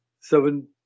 Seven